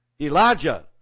Elijah